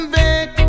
back